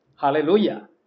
Hallelujah